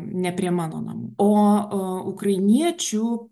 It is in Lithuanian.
ne prie mano namų o ukrainiečių